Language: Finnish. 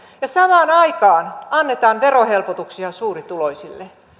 ja samaan aikaan annetaan verohelpotuksia suurituloisille